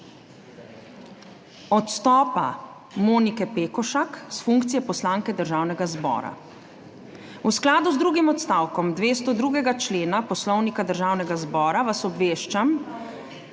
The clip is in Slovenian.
odstopa Monike Pekošak s funkcije poslanke Državnega zbora. V skladu z drugim odstavkom 202. člena Poslovnika državnega zbora vas obveščam,